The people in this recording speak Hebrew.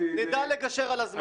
נדע לגשר על הזמן.